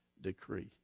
decree